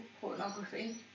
pornography